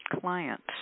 clients